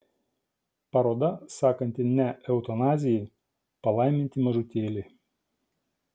paroda sakanti ne eutanazijai palaiminti mažutėliai